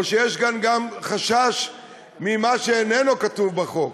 או יש פה גם חשש ממה שאינו כתוב בחוק.